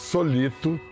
Solito